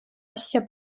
asja